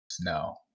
No